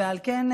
על כן,